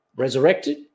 resurrected